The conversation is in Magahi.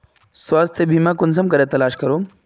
स्वास्थ्य बीमा कुंसम करे तलाश करूम?